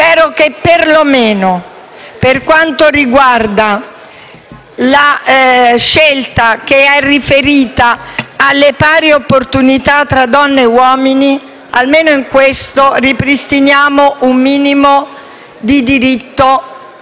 Spero che perlomeno, per quanto riguarda la scelta che è riferita alle pari opportunità tra donne e uomini, si possa ripristinare un minimo di diritto alla